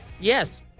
Yes